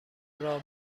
راه